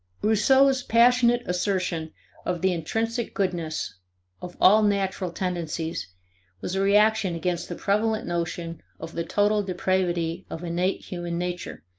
rousseau's passionate assertion of the intrinsic goodness of all natural tendencies was a reaction against the prevalent notion of the total depravity of innate human nature,